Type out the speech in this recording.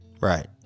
Right